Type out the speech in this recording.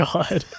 God